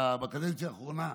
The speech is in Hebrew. בקדנציה האחרונה,